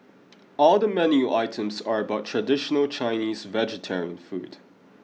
all the menu items are about traditional Chinese vegetarian food